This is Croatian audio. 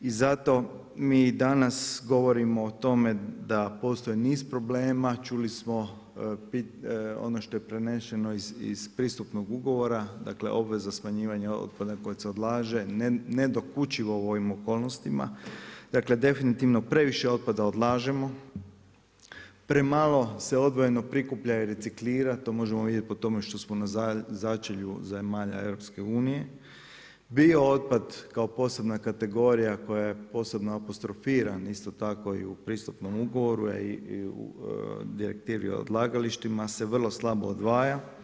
I zato mi i danas govorimo o tome da postoji niz problema, čuli smo ono što je preneseno iz pristupnog ugovora, dakle obveza smanjivanja otpada koji se odlaže ne dokučivo u ovim okolnostima, dakle definitivno previše otpada odlažemo, premalo se odvojeno prikuplja i reciklira, to možemo vidjeti po tome što smo na začelju zemalja EU, bio otpad kao posebna kategorija koji je posebno apostrofiran isto tako i u pristupnom ugovoru a i u direktivi o odlagalištima se vrlo slabo odvaja.